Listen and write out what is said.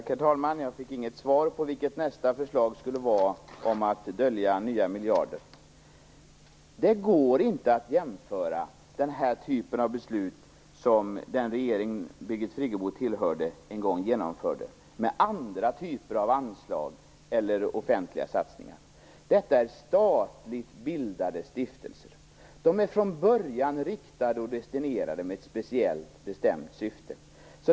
Herr talman! Jag fick inget svar på vilket nästa förslag skulle vara om att dölja nya miljarder. Den typ av beslut som den regering Birgit Friggebo tillhörde en gång genomförde går inte att jämföra med andra typer av anslag eller offentliga satsningar. Detta är statligt bildade stiftelser. De är från början riktade och destinerade med ett speciellt bestämt syfte.